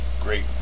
Great